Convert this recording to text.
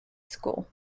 school